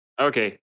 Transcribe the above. Okay